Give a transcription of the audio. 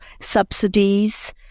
subsidies